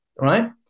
right